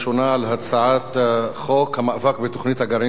הצעת חוק המאבק בתוכנית הגרעין של אירן,